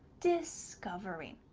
discovering.